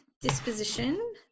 disposition